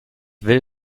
will